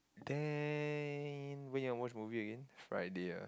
then when you all watch movie again Friday ah